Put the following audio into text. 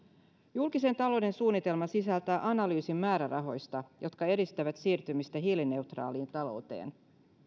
julkisen talouden suunnitelma sisältää analyysin määrärahoista jotka edistävät siirtymistä hiilineutraaliin talouteen